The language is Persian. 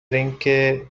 اینکه